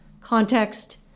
context